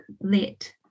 let